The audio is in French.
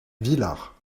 villars